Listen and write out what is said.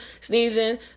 sneezing